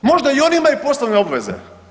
Možda i oni imaju poslovne obveze.